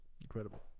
incredible